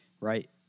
Right